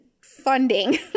funding